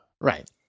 Right